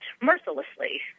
mercilessly